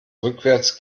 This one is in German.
rückwärts